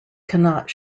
cannot